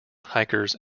hikers